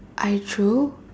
I drew